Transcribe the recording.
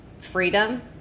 freedom